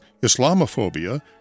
Islamophobia